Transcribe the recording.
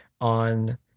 on